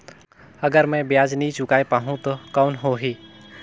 अगर मै ब्याज नी चुकाय पाहुं ता कौन हो ही?